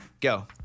Go